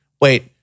wait